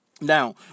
now